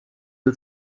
you